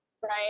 Right